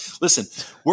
Listen